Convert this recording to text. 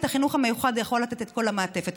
החינוך המיוחד יכול לתת את כל המעטפת,